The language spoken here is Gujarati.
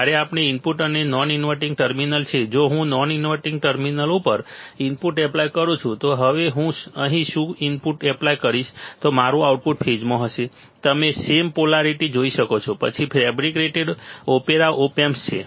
જ્યારે ઇનપુટ અને નોન ઇન્વર્ટીંગ ટર્મિનલ છે જો હું નોન ઇન્વર્ટીંગ ટર્મિનલ ઉપર ઇનપુટ એપ્લાય કરું છું તો હવે હું અહીં શું ઇનપુટ એપ્લાય કરીશ તો મારું આઉટપુટ ફેઝમાં હશે તમે સેમ પોલારીટી જોઈ શકો છો પછી ફેબ્રિકેટેડ ઓપેરા ઓપ એમ્પ છે